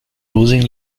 losing